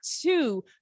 two